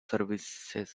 services